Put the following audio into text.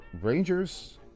Rangers